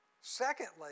Secondly